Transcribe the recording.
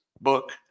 book